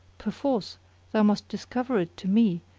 perforce thou must discover it to me,